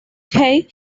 cage